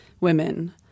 women